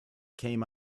came